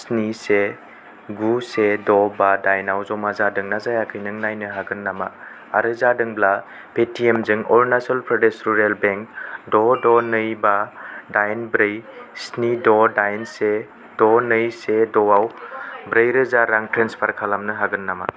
स्नि से गु से द' बा दाइन आव जमा जादोंना जायाखै नों नायनो हागोन नामा आरो जादोंब्ला पेतिएमजों अरुनाचल प्रदेश रुरेल बेंक द' द' नै बा दाइन ब्रै स्नि द' दाइन से द' नै से द'आव ब्रै रोजा रां ट्रान्सफार खालामनो हागोन नामा